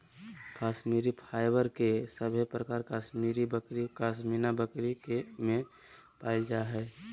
Kashmiri fibre के सभे प्रकार कश्मीरी बकरी, पश्मीना बकरी में पायल जा हय